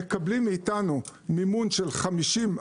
מקבלים מאיתנו מימון של 50%,